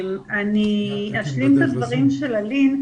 אני אשלים את הדברים של אלין.